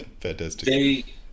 Fantastic